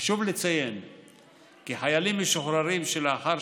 חשוב לציין כי חיילים משוחררים שלאחר